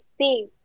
see